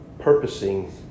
purposing